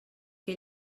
que